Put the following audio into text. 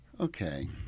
Okay